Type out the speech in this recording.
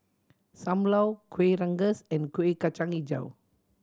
Sam Lau Kuih Rengas and Kueh Kacang Hijau